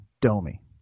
Domi